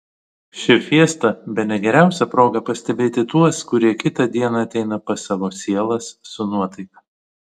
ši fiesta bene geriausia proga pastebėti tuos kurie kitą dieną ateina pas savo sielas su nuotaika